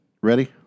ready